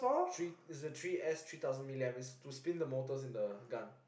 three its a three S three thousand milleniums to spin the motors in the gun